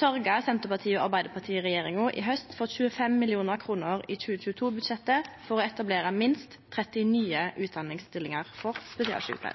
sørgde Arbeidarparti–Senterparti-regjeringa i haust for 25 mill. kr i 2022-budsjettet til å etablere minst 30 nye utdanningsstillingar for